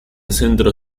centro